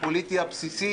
הפוליטי הבסיסי?